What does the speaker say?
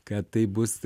kad taip bus